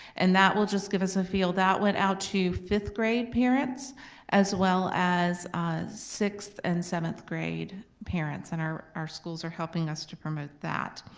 and that will just give us a feel. that went out to fifth grade parents as well as sixth and seventh grade parents. and our our schools are helping us to promote that.